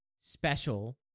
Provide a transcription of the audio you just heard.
special